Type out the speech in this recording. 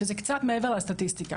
שזה קצת מעבר לסטטיסטיקה.